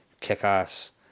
Kick-ass